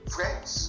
Friends